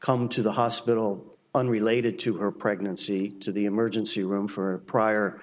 come to the hospital unrelated to her pregnancy to the emergency room for prior